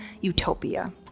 utopia